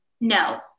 No